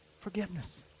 forgiveness